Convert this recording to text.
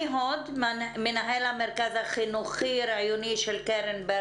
היום כל אישה שעבדה, צברה מרכיב ביטוחי של אבטלה,